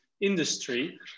industry